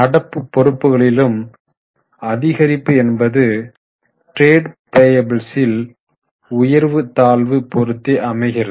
நடப்பு பொறுப்புகளிலும் அதிகரிப்பு என்பது டிரெடு பேயபுள்ஸ்யின் உயர்வு தாழ்வு பொறுத்தே அமைகிறது